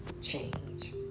change